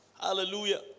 Hallelujah